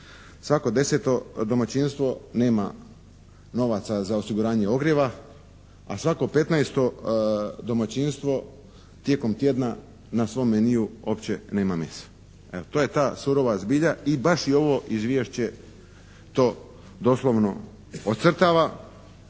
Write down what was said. svako 10-to domaćinstvo nema novaca za osiguranje ogrjeva. A svako 15-to domaćinstvo tijekom tjedna na svom meniju opće nema meso. Evo to je ta surova zbilja. I baš je ovo izvješće to doslovno ocrtava.